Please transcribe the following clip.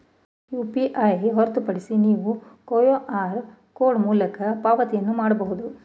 UPI ಹೊರತುಪಡಿಸಿ ನೀವು QR code ಮೂಲಕ ಪಾವತಿಯನ್ನು ಮಾಡಬಹುದು